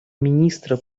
министра